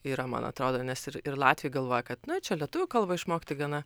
yra man atrodo nes ir ir latviai galvoja kad na čia lietuvių kalbą išmokti gana